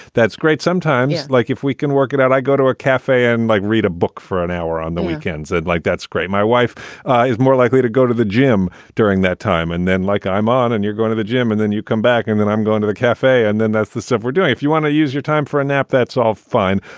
that's great sometimes. like if we can work it out, i go to a cafe and like read a book for an hour on the weekends and like, that's great. my wife is more likely to go to the gym during that time and then like i'm on and you're going to the gym and then you come back and then i'm going to the cafe and then that's the stuff we're doing. if you want to use your time for a nap, that's all fine.